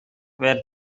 where